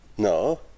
No